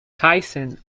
tyson